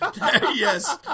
Yes